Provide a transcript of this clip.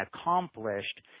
accomplished